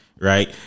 Right